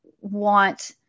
want